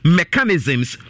mechanisms